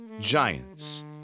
Giants